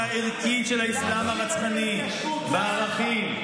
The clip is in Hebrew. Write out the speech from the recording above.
והתשתית הערכית של האסלאם הרצחני בערכים,